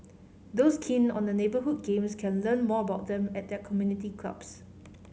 those keen on the neighbourhood games can learn more about them at their community clubs